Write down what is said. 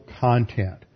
content